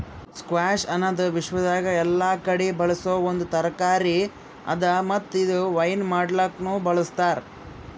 squash ಅನದ್ ವಿಶ್ವದಾಗ್ ಎಲ್ಲಾ ಕಡಿ ಬೆಳಸೋ ಒಂದ್ ತರಕಾರಿ ಅದಾ ಮತ್ತ ಇದು ವೈನ್ ಮಾಡ್ಲುಕನು ಬಳ್ಸತಾರ್